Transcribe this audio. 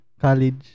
college